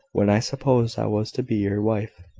when i supposed i was to be your wife.